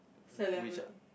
celebrity